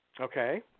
Okay